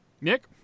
Nick